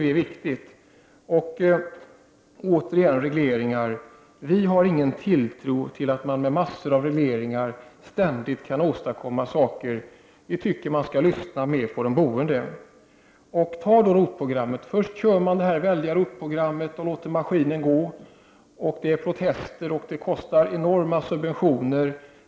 Vi menar att detta är viktigt. Folkpartiet har ingen tilltro att man genom en mängd regleringar ständigt försöker åstadkomma olika saker. Vi menar att man skall lyssna mer till de boende. Om vi tar ROT-programmet som exempel kan vi se att man där först körde igenom hela det väldiga programmet och lät maskinen gå. Detta gav upphov till protester och ett behov av enorma subventioner.